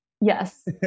yes